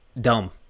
dumb